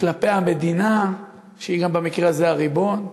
כלפי המדינה שהיא גם במקרה הזה הריבון,